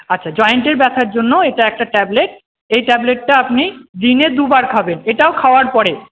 আচ্ছা জয়েন্টের ব্যথার জন্য এটা একটা ট্যাবলেট এই ট্যাবলেটটা আপনি দিনে দু বার খাবেন এটাও খাওয়ার পরে